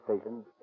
station